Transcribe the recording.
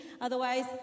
Otherwise